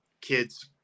kids